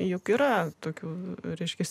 jog yra tokių vyriškis